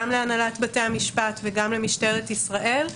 גם להנהלת בתי המשפט וגם למשטרת ישראל.